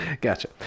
Gotcha